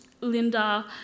Linda